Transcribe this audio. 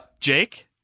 Jake